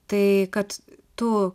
tai kad tu